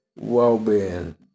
well-being